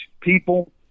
people